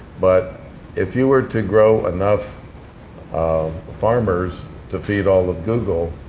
but if you were to grow enough um farmers to feed all of google